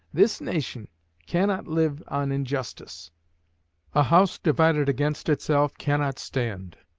this nation cannot live on injustice a house divided against itself cannot stand,